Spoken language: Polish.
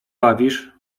bawisz